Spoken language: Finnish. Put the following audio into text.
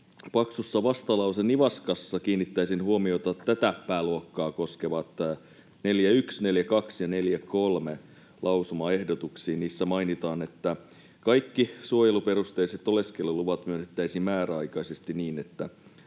paksussa vastalausenivaskassa kiinnittäisin huomiota tätä pääluokkaa koskeviin lausumaehdotuksiin 41, 42 ja 43. Niissä mainitaan, että kaikki suojeluperusteiset oleskeluluvat myönnettäisiin määräaikaisesti niin, että